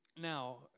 Now